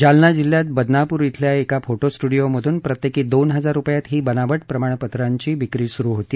जालना जिल्ह्यात बदनापूर इथल्या एका फोटो स्टुडिओमधून प्रत्येकी दोन हजार रुपयांत ही बनावट प्रमाणपत्रांची विक्री सुरू होती